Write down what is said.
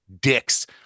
dicks